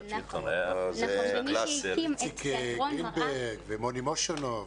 איציק גרינברג ומוני מושונוב.